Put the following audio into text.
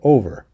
Over